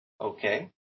Okay